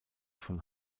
von